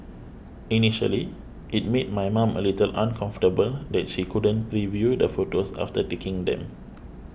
initially it made my mom a little uncomfortable that she couldn't preview the photos after taking them